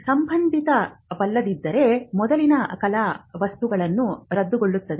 ಸಂಬಂಧಿತವಲ್ಲದಿದ್ದರೆ ಮೊದಲಿನ ಕಲಾ ವಸ್ತುಗಳನ್ನು ರದ್ದುಗೊಳ್ಳುತ್ತದೆ